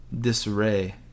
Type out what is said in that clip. Disarray